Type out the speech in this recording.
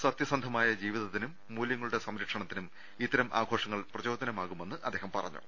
സത്യസന്ധമായ ജീവിതത്തിനും മൂലൃങ്ങളുടെ സംര ക്ഷണത്തിനും ഇത്തരം ആഘോഷങ്ങൾ പ്രചോദനമാകുമെന്ന് അദ്ദേഹം പറഞ്ഞു